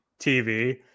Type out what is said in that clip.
TV